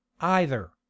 either